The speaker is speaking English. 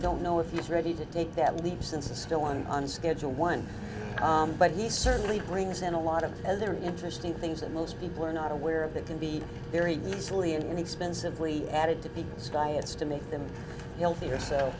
don't know if he's ready to take that leap since it's still an unscheduled one but he certainly brings in a lot of other interesting things that most people are not aware of that can be very easily and inexpensive lee added to the sky it's to make them healthier so